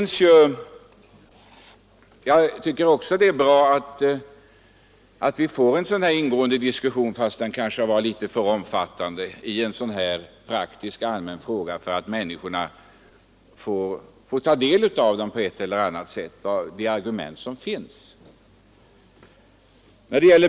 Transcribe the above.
Jag tycker också att det är bra att vi får en ingående diskussion — fast denna kanske varit litet för omfattande — i en sådan här praktisk allmän fråga, så att människorna på ett eller annat sätt får ta del av de argument som finns.